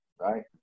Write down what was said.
right